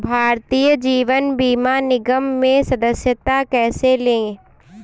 भारतीय जीवन बीमा निगम में सदस्यता कैसे लें?